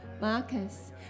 marcus